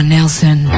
Nelson